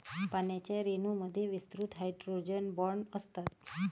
पाण्याच्या रेणूंमध्ये विस्तृत हायड्रोजन बॉण्ड असतात